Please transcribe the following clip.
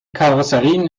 karosserien